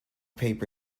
paper